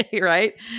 right